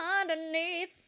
Underneath